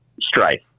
strife